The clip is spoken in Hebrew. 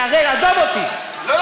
ואני חוזר ומדגיש בפעם האלף: אני לא